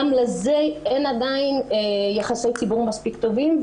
גם לזה אין עדיין יחסי ציבור מספיק טובים.